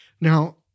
Now